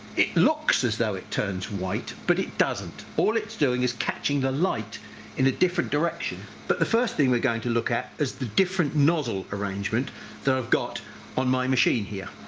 it looks as though it turns white, but it doesn't. all it's doing is catching the light in a different direction but the first thing we're going to look at is the different nozzle arrangement that i've got on my machine here.